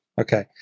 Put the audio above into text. Okay